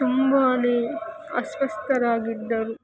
ತುಂಬಾ ಅಸ್ವಸ್ಥರಾಗಿದ್ದರು